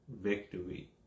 victory